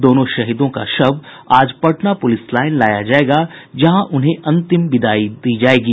दोनों शहीदों का शव आज पटना पुलिस लाईन लाया जायेगा जहां उन्हें अंतिम विदाई दी जायेगी